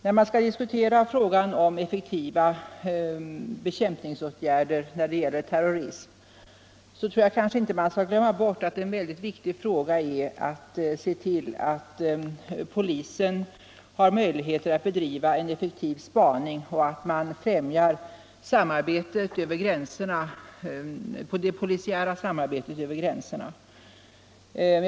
När man skall diskutera frågan om effektiva bekämpningsåtgärder mot terrorism, tror jag att man inte skall glömma bort att det är mycket viktigt att se till att polisen har möjligheter att bedriva en effektiv spaning och att det polisiära samarbetet över gränserna främjas.